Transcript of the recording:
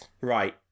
Right